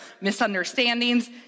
misunderstandings